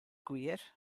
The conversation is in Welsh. gwir